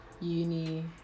uni